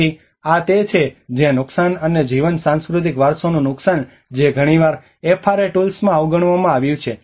તેથી આ તે છે જ્યાં નુકસાન અને જીવન સાંસ્કૃતિક વારસોનું નુકસાન જે ઘણીવાર એફઆરએ ટૂલ્સમાં અવગણવામાં આવ્યું છે